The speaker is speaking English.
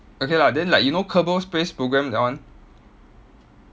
okay lah then like you know kerbal space program that one